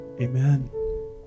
Amen